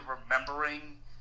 remembering